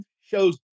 shows